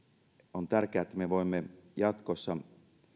on tärkeää että me voimme jatkossa